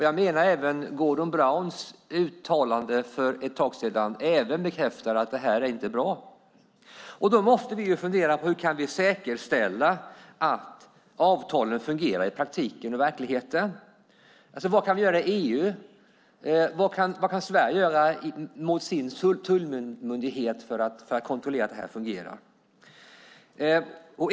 Jag menar att även Gordon Browns uttalande för ett tag sedan bekräftar att detta inte är bra. Vi måste fundera på hur vi kan säkerställa att avtalen fungerar i praktiken och i verkligheten. Vad kan vi göra i EU? Vad kan Sverige göra genom sin tullmyndighet för att kontrollera att det här fungerar?